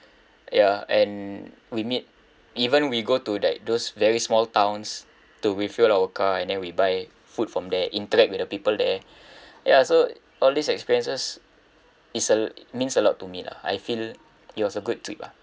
ya and we meet even we go to like those very small towns to refill our car and then we buy food from there interact with the people there ya so all these experiences is a means a lot to me lah I feel it was a good trip lah